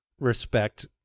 respect